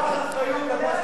קח אחריות על מערכת הבריאות,